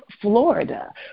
Florida